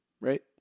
right